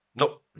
no